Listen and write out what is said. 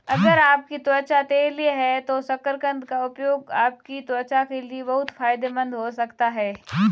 अगर आपकी त्वचा तैलीय है तो शकरकंद का उपयोग आपकी त्वचा के लिए बहुत फायदेमंद हो सकता है